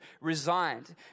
resigned